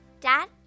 Dad